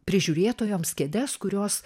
prižiūrėtojoms kėdes kurios